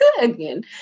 again